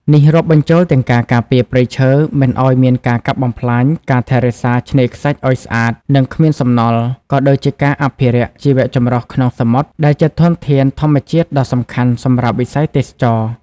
នេះរាប់បញ្ចូលទាំងការការពារ ព្រៃឈើ មិនឲ្យមានការកាប់បំផ្លាញ ការថែរក្សា ឆ្នេរខ្សាច់ឲ្យស្អាត និងគ្មានសំណល់ ក៏ដូចជាការអភិរក្ស ជីវចម្រុះក្នុងសមុទ្រ ដែលជាធនធានធម្មជាតិដ៏សំខាន់សម្រាប់វិស័យទេសចរណ៍។